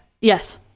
Yes